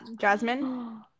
Jasmine